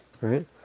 Right